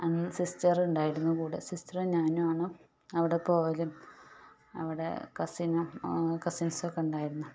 അന്ന് സിസ്റ്റർ ഉണ്ടായിരുന്നു കൂടെ സിസ്റ്ററും ഞാനും ആണ് അവിടെ പോകലും അവിടെ കസിനും കസിൻസൊക്കെ ഉണ്ടായിരുന്നു